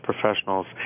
professionals